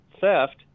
theft